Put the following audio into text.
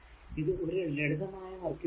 ഇത് ഒരു ലളിതമായ സർക്യൂട് ആണ്